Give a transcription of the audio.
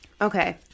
Okay